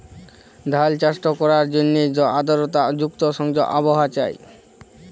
ধাল চাষট ক্যরার জ্যনহে আদরতা সংযুক্ত আবহাওয়া চাই